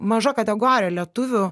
maža kategorija lietuvių